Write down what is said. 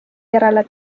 järele